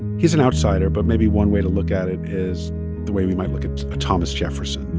he's an outsider, but maybe one way to look at it is the way we might look at thomas jefferson,